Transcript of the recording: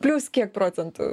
plius kiek procentų